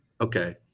Okay